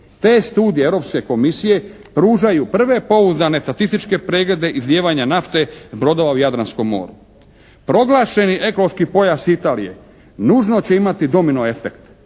Te studiji Europske Komisije pružaju prve pouzdane statističke preglede izlijevanja nafte s brodova u Jadranskom moru. Proglašeni ekološki pojas Italije nužno će imati domino efekt.